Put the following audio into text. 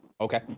Okay